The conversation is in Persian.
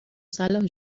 صلاح